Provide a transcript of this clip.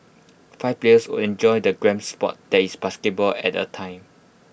five players or enjoy the grand Sport that is basketball at A time